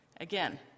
Again